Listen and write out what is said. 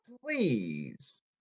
please